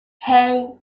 hey